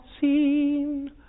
seen